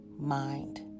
mind